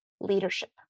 leadership